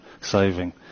saving